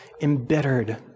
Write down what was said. embittered